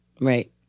Right